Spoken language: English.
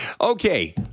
Okay